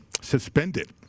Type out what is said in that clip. suspended